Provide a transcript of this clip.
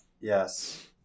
Yes